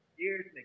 Years